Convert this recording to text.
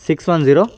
six one zero